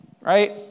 right